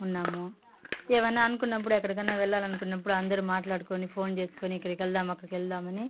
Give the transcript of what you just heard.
ఉన్నాము ఏవైన అనుకున్నప్పుడు ఎక్కడికైనా వెళ్లాలనుకున్నప్పుడు అందరు మాట్లాడుకుని ఫోన్ చేసుకుని ఇక్కడికి వెళ్దాం అక్కడికి వెళ్దామని